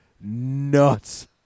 nuts